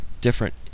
different